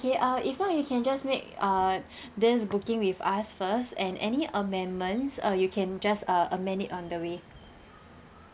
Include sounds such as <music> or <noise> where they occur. ~kay uh if want you can just make uh <breath> this booking with us first and any amendments uh you can just uh amend it on the way <breath>